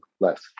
less